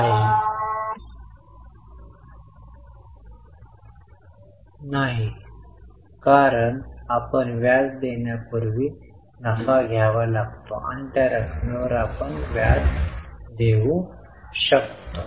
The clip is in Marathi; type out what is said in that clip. नाही कारण आपण व्याज देण्यापूर्वी नफा घ्यावा लागतो आणि त्या रक्कमेवर आपण व्याज देऊ शकतो